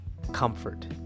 Comfort